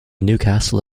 newcastle